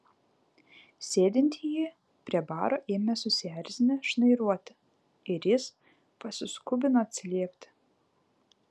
sėdintieji prie baro ėmė susierzinę šnairuoti ir jis pasiskubino atsiliepti